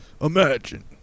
Imagine